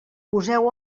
poseu